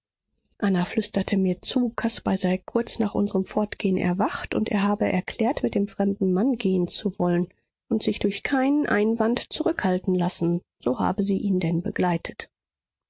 anna flüsterte mir zu caspar sei kurz nach unserm fortgehen erwacht er habe erklärt mit dem fremden mann gehen zu wollen und sich durch keinen einwand zurückhalten lassen so habe sie ihn denn begleitet